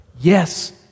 Yes